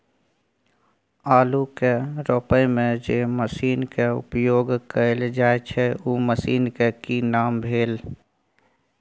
आलू के रोपय में जे मसीन के उपयोग कैल जाय छै उ मसीन के की नाम भेल?